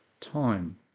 time